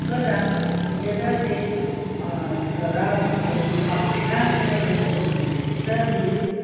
कदा यदा ते सरावः करोति अभ्यासः यदि करोति तर्हि